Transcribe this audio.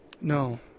No